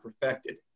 perfected